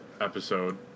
episode